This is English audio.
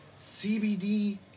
CBD